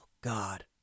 God